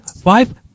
five